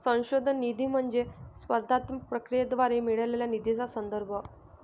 संशोधन निधी म्हणजे स्पर्धात्मक प्रक्रियेद्वारे मिळालेल्या निधीचा संदर्भ